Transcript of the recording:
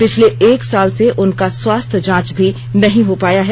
पिछले एक साल से उनका स्वास्थ्य जांच भी नहीं हो पाया है